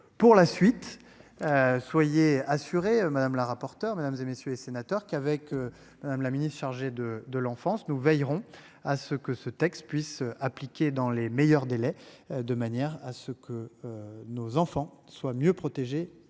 Pour la suite. Soyez assurée, madame la rapporteure mesdames et messieurs les sénateurs qu'avec. Madame la Ministre chargé de de l'enfance, nous veillerons à ce que ce texte puisse appliquer dans les meilleurs délais, de manière à ce que. Nos enfants soient mieux protégés